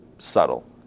Subtle